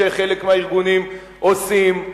שחלק מהארגונים עושים.